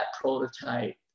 prototype